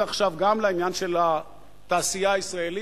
עכשיו גם לעניין של התעשייה הישראלית,